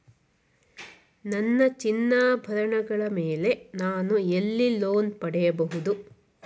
ನನ್ನ ಚಿನ್ನಾಭರಣಗಳ ಮೇಲೆ ನಾನು ಎಲ್ಲಿ ಲೋನ್ ಪಡೆಯಬಹುದು?